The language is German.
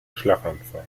schlaganfall